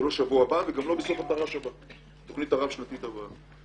לא בשבוע הבא ולא בסוף התוכנית הרב-שנתית הבאה.